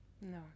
No